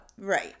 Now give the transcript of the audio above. Right